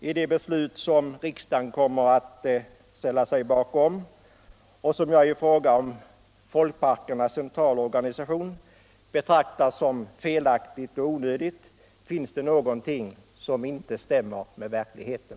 I det beslut som riksdagen kommer att ställa sig bakom och som jag i fråga om Folkparkernas centralorganisation betraktar som felaktigt och onödigt finns det någonting som inte stämmer med verkligheten.